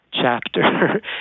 chapter